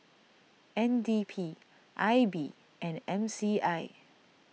N D P I B and M C I